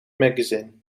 magazine